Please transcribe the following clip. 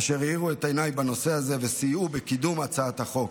אשר האירו את עיניי בנושא זה וסייעו בקידום הצעת החוק.